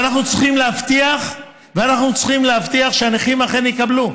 ואנחנו צריכים להבטיח שהנכים אכן יקבלו,